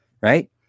right